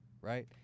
right